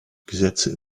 gesetze